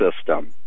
system